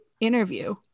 interview